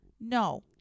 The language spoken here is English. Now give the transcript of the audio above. no